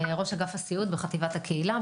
ראש אגף הסיעוד בחטיבת הקהילה.